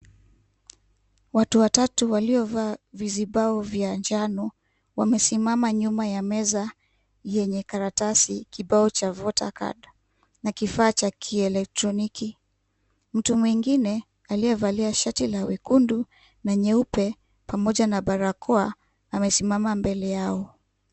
Watu watatu waliovaa vizibao vya njano, wamesimama nyuma ya meza yenye karatasi, kibao cha Voter Card na kifaa cha kielektroniki. Mtu mwingine aliyevalia shati la wekundu na nyeupe pamoja na barakoa amesimama mbele yao.